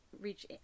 reach